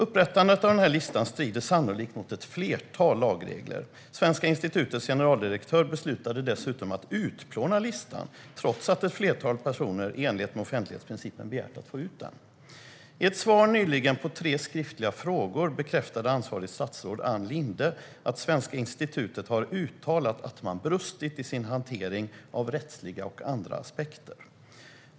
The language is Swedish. Upprättandet av denna lista strider sannolikt mot ett flertal lagar och regler. Svenska institutets generaldirektör beslutade dessutom att utplåna listan, trots att ett flertal personer begärt att få ut den i enlighet med offentlighetsprincipen. I ett svar på tre skriftliga frågor nyligen bekräftade ansvarigt statsråd Ann Linde att Svenska institutet har uttalat att man brustit i sin hantering av rättsliga och andra aspekter.